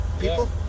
people